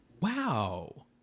Wow